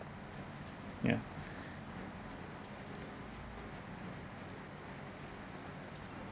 yeah